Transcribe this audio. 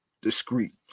discreet